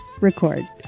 record